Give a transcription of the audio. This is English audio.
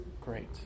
great